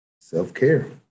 self-care